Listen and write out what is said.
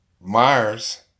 Myers